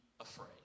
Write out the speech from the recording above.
afraid